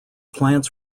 plants